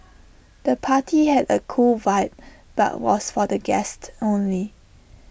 the party had A cool vibe but was for the guests only